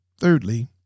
thirdly